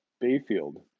Bayfield